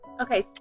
Okay